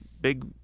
big